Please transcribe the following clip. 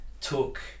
took